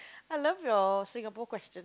I love your Singapore question